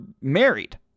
married